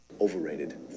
Overrated